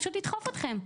פשוט לדחוף אתכם.